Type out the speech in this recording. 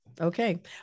Okay